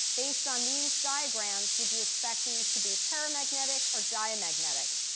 based on these diagrams, would you expect these to be paramagnetic, or diamagnetic?